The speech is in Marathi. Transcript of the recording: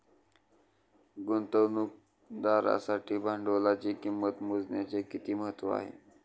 गुंतवणुकदारासाठी भांडवलाची किंमत मोजण्याचे किती महत्त्व आहे?